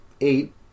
eight